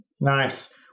Nice